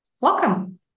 welcome